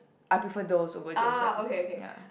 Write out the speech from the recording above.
I prefer those over James Patterson ya